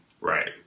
right